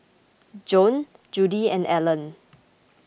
Joann Judi and Alan